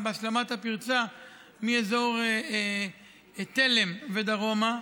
השלמת הפרצה מאזור תלם ודרומה,